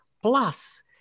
plus